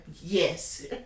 Yes